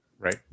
Right